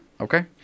Okay